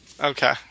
Okay